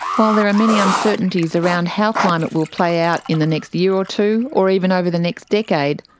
while there are many uncertainties around how climate will play out in the next year or two, or even over the next decade,